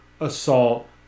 assault